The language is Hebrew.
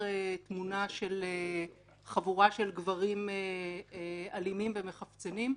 תמונה של חבורה של גברים אלימים ומחפצנים,